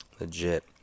Legit